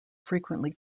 frequently